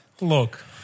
Look